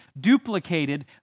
duplicated